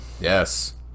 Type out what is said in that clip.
yes